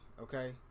Okay